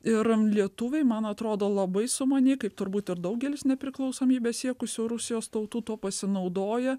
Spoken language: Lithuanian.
ir am lietuviai man atrodo labai sumaniai kaip turbūt ir daugelis nepriklausomybės siekusių rusijos tautų tuo pasinaudoja